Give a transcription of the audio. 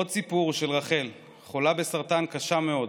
עוד סיפור, של רחל, חולה בסרטן קשה מאוד